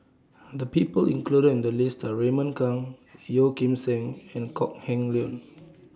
The People included in The list Are Raymond Kang Yeo Kim Seng and Kok Heng Leun